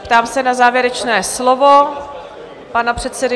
Ptám se na závěrečné slovo pana předsedy?